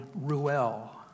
Ruel